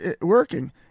working